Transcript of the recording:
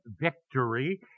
victory